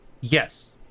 yes